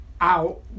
out